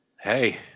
Hey